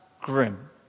grim